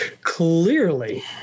clearly